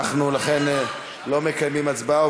אנחנו לכן לא מקיימים הצבעה.